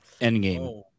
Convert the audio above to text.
Endgame